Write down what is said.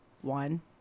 one